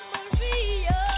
Maria